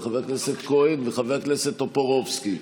חבר הכנסת כהן וחבר הכנסת טופורובסקי,